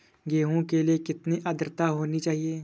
गेहूँ के लिए कितनी आद्रता होनी चाहिए?